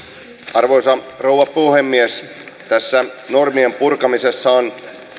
arvoisa rouva puhemies tässä normien purkamisessa